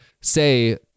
say